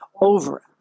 over